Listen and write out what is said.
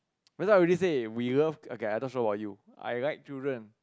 that's why what we say we love okay I not sure about you I like children